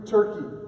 Turkey